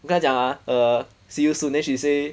我跟她讲 ah uh see you soon then she say